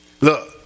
Look